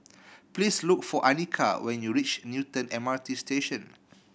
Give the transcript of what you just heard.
please look for Anika when you reach Newton M R T Station